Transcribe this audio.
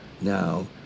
now